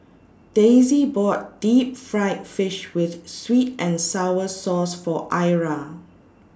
Daisie bought Deep Fried Fish with Sweet and Sour Sauce For Ira